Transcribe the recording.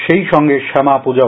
সেই সঙ্গে শ্যামাপূজা